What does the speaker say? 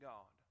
God